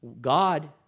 God